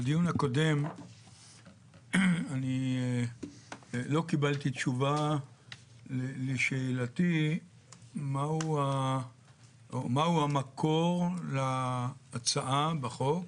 בדיון הקודם אני לא קיבלתי תשובה לשאלתי מהו המקור להצעה בחוק